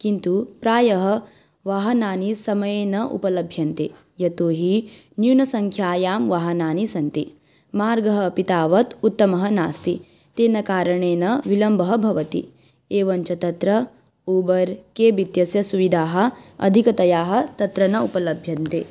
किन्तु प्रायः वाहनानि समये न उपलभ्यन्ते यतो हि न्यूनसङ्ख्यायां वाहनानि सन्ति मार्गः अपि तावत् उत्तमः नास्ति तेन कारणेन विलम्बः भवति एवं च तत्र ऊबर् केब् इत्यस्य सुविधाः अधिकतयाः तत्र न उपलभ्यन्ते